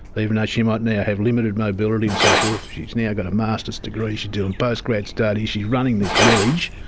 even though she might now have limited mobility and so forth, she's now got a masters degree, she doing post-grad studies, she's running this village.